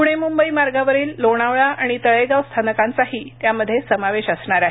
पुणे मुंबई मार्गावरील लोणावळा आणि तळेगाव स्थानकांचाही त्यामध्ये समावेश असणार आहे